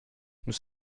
nous